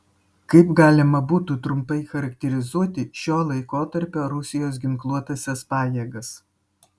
kaip galima būtų trumpai charakterizuoti šio laikotarpio rusijos ginkluotąsias pajėgas